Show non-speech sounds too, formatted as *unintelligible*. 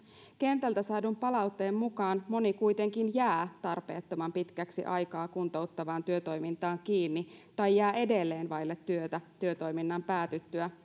kentältä saadun palautteen mukaan moni kuitenkin jää tarpeettoman pitkäksi aikaa kuntouttavaan työtoimintaan kiinni tai jää edelleen vaille työtä työtoiminnan päätyttyä *unintelligible*